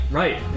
right